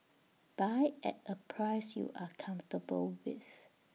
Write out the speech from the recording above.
buy at A price you are comfortable with